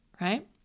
right